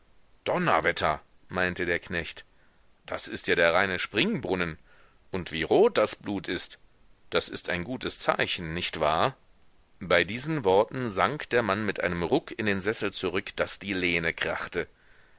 donnerwetter meinte der knecht das ist ja der reine springbrunnen und wie rot das blut ist das ist ein gutes zeichen nicht wahr bei diesen worten sank der mann mit einem ruck in den sessel zurück daß die lehne krachte